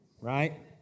Right